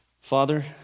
Father